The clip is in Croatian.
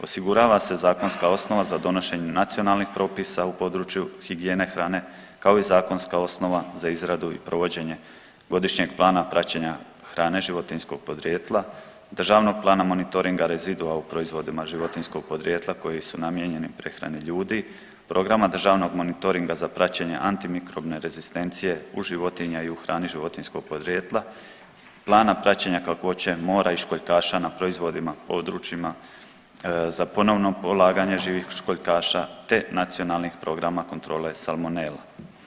Osigurava se zakonska osnova za donošenje nacionalnih propisa u području higijene hrane kao i zakonska osnova za izradu i provođenje godišnjeg plana praćenja hrane životinjskog podrijetla, državnog plana monitoringa rezidua u proizvodima životinjskog podrijetla koji su namijenjeni prehrani ljudi, programa državnog monitoringa za praćenje antimikrobne rezistencije u životinja i u hrani životinjskog podrijetla, plana praćenja kakvoće mora i školjkaša na proizvodima, područjima za ponovno polaganje živih školjkaša te nacionalnih programa kontrole salmonele.